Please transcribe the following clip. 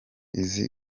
izi